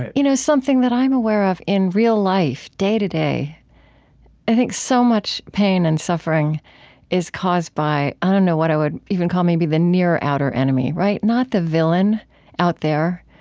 and you know something that i'm aware of in real life, day to day i think so much pain and suffering is caused by i don't know what i would even call maybe the near outer enemy, right? not the villain out there,